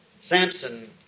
Samson